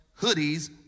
hoodies